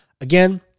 Again